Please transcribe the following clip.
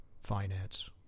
finance